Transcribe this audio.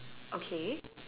okay